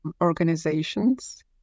organizations